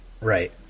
Right